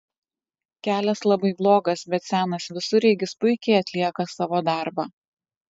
kelias labai blogas bet senas visureigis puikiai atlieka savo darbą